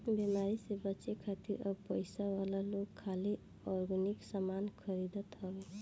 बेमारी से बचे खातिर अब पइसा वाला लोग खाली ऑर्गेनिक सामान खरीदत हवे